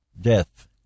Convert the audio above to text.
Death